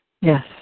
Yes